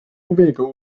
huviga